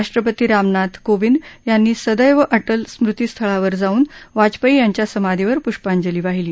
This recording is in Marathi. राष्ट्रपती रामनाथ कोविंद यांनी सदैव अटल स्मृतीस्थळावर जाऊन वाजपेयी यांच्या समाधीवर पुष्पाजली वाहिली